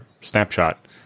snapshot